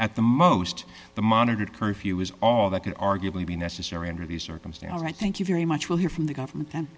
at the most the monitored curfew was all that could arguably be necessary under these circumstances i thank you very much we'll hear from the government